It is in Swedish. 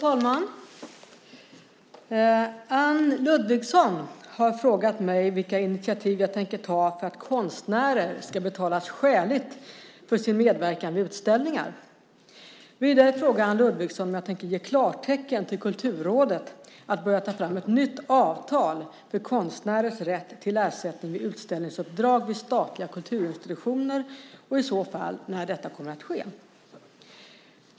Herr talman! Anne Ludvigsson har frågat mig vilka initiativ jag tänker ta för att konstnärer ska betalas skäligt för sin medverkan vid utställningar. Vidare frågar Anne Ludvigsson om jag tänker ge klartecken till Kulturrådet att börja ta fram ett nytt avtal för konstnärers rätt till ersättning vid utställningsuppdrag vid statliga kulturinstitutioner och i så fall när detta kommer att ske.